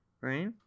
right